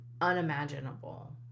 unimaginable